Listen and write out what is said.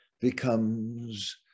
becomes